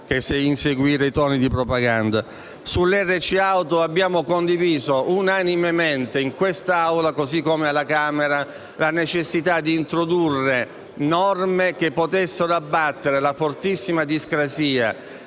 che inseguire i toni della propaganda. Sull'RC auto abbiamo condiviso unanimemente in quest'Aula, così come alla Camera, la necessità di introdurre norme che potessero abbattere la fortissima discrasia